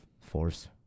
Force